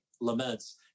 laments